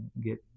get